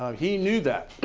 um he knew that.